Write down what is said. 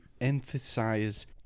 emphasize